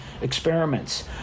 experiments